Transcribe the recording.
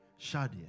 Shadia